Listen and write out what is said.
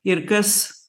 ir kas